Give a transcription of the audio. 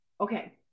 Okay